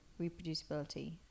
reproducibility